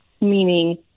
meaning